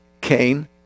Cain